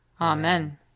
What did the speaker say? Amen